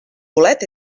bolet